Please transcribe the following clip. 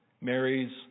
Mary's